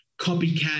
copycat